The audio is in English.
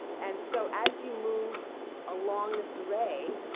and so as you move along this array,